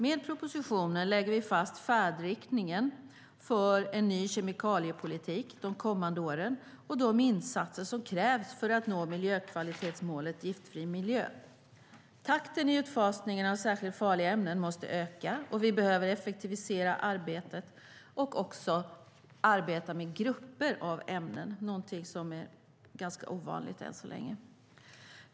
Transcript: Med propositionen lägger vi fast färdriktningen för en ny kemikaliepolitik de kommande åren och de insatser som krävs för att nå miljökvalitetsmålet Giftfri miljö. Takten i utfasningen av särskilt farliga ämnen måste öka, och vi behöver effektivisera arbetet och arbeta med grupper av ämnen. Det är någonting som är ganska ovanligt än så länge.